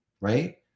right